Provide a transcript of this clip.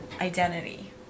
identity